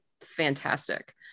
fantastic